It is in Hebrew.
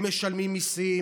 הם משלמים מיסים,